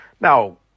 Now